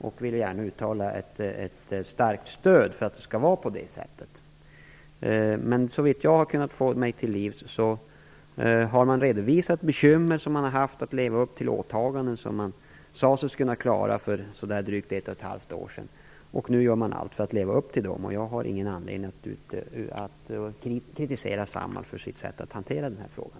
Jag vill gärna uttala ett starkt stöd för att det skall vara på det sättet. Vad jag har kunnat få mig till livs är att man har redovisat bekymmer när det gäller att leva upp till de åtaganden som man sade sig kunna klara av för drygt ett och ett halvt år sedan. Nu gör man allt för att leva upp till dem och jag har ingen anledning att kritisera Samhall för deras sätt att hantera den här frågan.